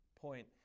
point